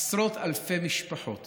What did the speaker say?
עשרות אלפי משפחות